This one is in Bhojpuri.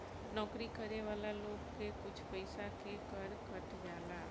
नौकरी करे वाला लोग के कुछ पइसा के कर कट जाला